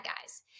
guys